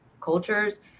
cultures